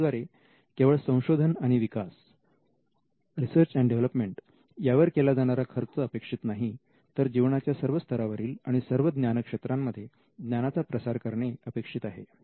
याद्वारे केवळ संशोधन आणि विकास R D यावर केला जाणारा खर्च अपेक्षित नाही तर जीवनाच्या सर्व स्तरावरील आणि सर्व ज्ञानक्षेत्रांमध्ये ज्ञानाचा प्रसार करणे अपेक्षित आहे